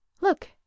Look